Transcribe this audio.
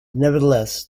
nevertheless